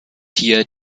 hier